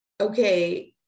okay